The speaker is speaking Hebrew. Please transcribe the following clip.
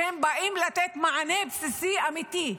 כשהם באים לתת מענה בסיסי אמיתי,